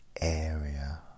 area